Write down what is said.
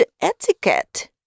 etiquette